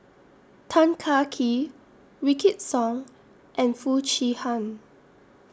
Tan Kah Kee Wykidd Song and Foo Chee Han